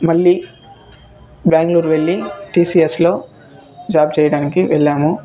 మళ్ళీ బ్యాంగ్లూర్ వెళ్ళి టీసీఎస్లో జాబ్ చేయడానికి వెళ్ళాము